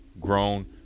grown